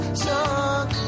song